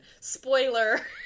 Spoiler